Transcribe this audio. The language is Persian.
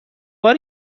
بار